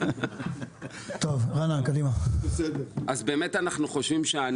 אנחנו עובדים במקביל.